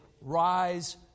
rise